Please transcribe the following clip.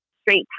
straight